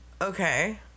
Okay